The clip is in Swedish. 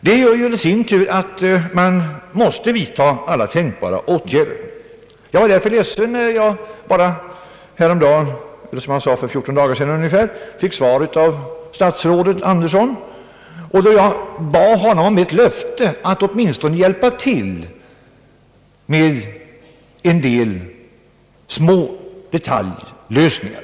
Det gör i sin tur att man måste vidta alla tänkbara åtgärder. Som jag sade fick jag för ungefär 14 dagar sedan ett svar av statsrådet Andersson, och jag bad honom då att han skulle ge ett löfte att åtminstone hjälpa till med en del små detaljlösningar.